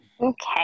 Okay